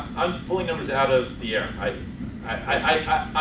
um pulling numbers out of the air i i